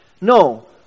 No